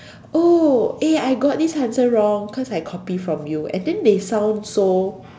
oh eh I got this answer wrong cause I copy from you and then they sound so